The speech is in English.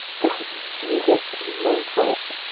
death seizeth on my heart